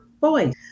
voice